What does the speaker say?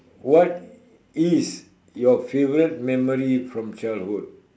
what is your favourite memory from childhood